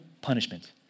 punishment